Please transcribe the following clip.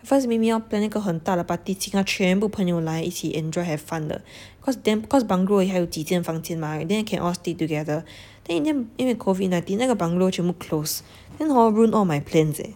at first 明明要 plan 一个很大的 party 请他全部朋友来一起 enjoy have fun 的 cause then cause bungalow 还有几间房间 mah then can all stay together then in the end 因为 COVID nineteen then all the bungalow close then hor ruin all my plans eh